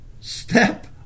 step